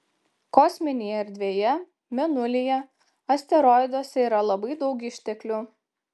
kosminėje erdvėje mėnulyje asteroiduose yra labai daug išteklių